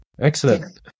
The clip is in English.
Excellent